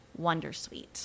wondersuite